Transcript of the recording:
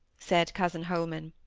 said cousin holman,